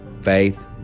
Faith